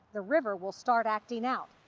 the river will start acting out.